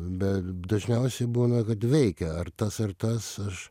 be dažniausiai būna kad veikia ar tas ar tas aš